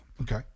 Okay